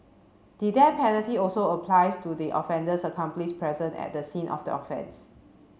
the death penalty also applies to the offender's accomplice present at the scene of the offence